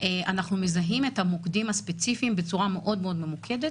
אנחנו מזהים את המוקדים הספציפיים בצורה מאוד מאוד ממוקדת,